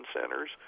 centers